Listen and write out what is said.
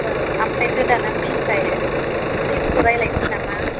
औ ओमफ्रायथ' दाना फिसआ फिसखौ रायज्लायनोसै नामा